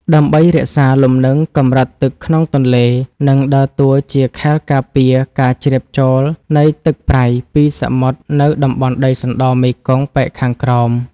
ដើម្បីរក្សាលំនឹងកម្រិតទឹកក្នុងទន្លេ និងដើរតួជាខែលការពារការជ្រាបចូលនៃទឹកប្រៃពីសមុទ្រនៅតំបន់ដីសណ្ដមេគង្គប៉ែកខាងក្រោម។